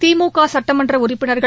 திமுகசுட்டமன்றஉறுப்பினர்கள்